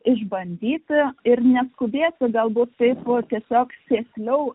išbandyti ir neskubėti galbūt tai ž tiesiog sėsliau